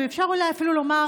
ואפשר אולי אפילו לומר